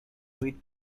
with